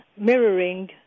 mirroring